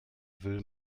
will